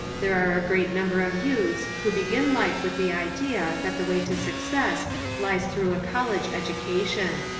there are a great number of youths who begin life with the idea that the way to success lies through a college education.